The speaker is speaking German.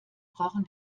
brauchen